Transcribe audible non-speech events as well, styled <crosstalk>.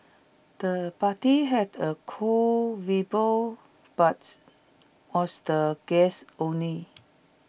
the party had A cool <unintelligible> but was the guests only